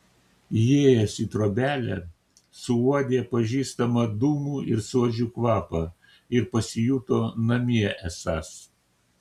įėjęs į trobelę suuodė pažįstamą dūmų ir suodžių kvapą ir pasijuto namie esąs